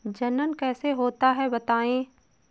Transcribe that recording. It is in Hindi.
जनन कैसे होता है बताएँ?